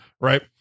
Right